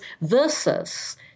versus